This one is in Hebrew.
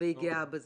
היא גאה בזה.